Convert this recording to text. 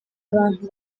abantu